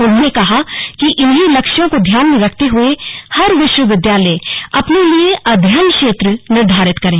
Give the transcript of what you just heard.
उन्होंने कहा कि इन्हीं लक्ष्यों को ध्यान में रखते हुए हर विश्वविद्यालय अपने लिए अध्ययन क्षेत्र निर्धारित करें